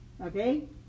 okay